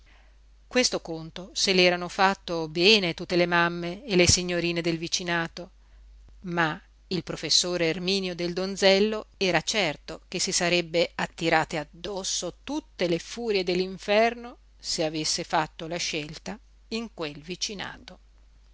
questo conto se l'erano fatto bene tutte le mamme e le signorine del vicinato ma il professor erminio del donzello era certo che si sarebbe attirate addosso tutte le furie dell'inferno se avesse fatto la scelta in quel vicinato